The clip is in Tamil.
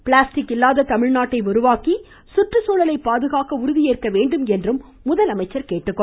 பிளாஸ்டிக் இல்லாத தமிழ்நாட்டை உருவாக்கி சுற்றுச்சூழலை பாதுகாக்க உறுதியேற்க வேண்டும் என்றும் அவர் கேட்டுக்கொண்டார்